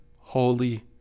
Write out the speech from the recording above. holy